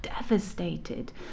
devastated